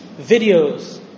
videos